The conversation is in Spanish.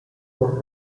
por